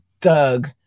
Doug